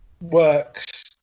works